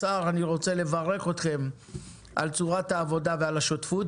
אני רוצה לברך אתכם על צורת העבודה ועל השותפות,